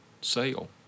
sale